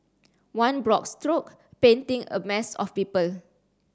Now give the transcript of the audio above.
one broad stroke painting a mass of people